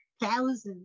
thousands